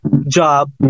job